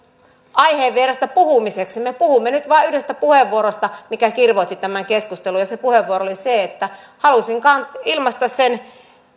aiheen vierestä puhumiseksi me puhumme nyt vain yhdestä puheenvuorosta mikä kirvoitti tämän keskustelun ja se puheenvuoro oli se että halusin vain ilmaista sen